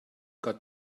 got